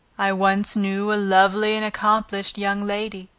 i once knew a lovely and accomplished young lady,